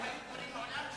היו דברים מעולם.